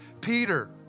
Peter